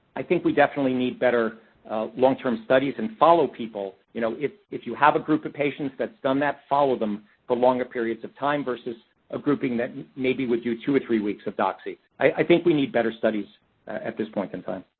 i think we definitely need better long-term studies, and follow people. you know, if if you have a group of patients that's done that, follow them for longer periods of time versus a grouping that maybe would do two or three weeks of doxy. i think we need better studies at this point in time.